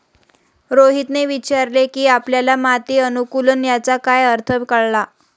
रोहितने विचारले की आपल्याला माती अनुकुलन याचा काय अर्थ कळला?